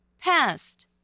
past